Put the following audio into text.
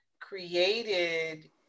created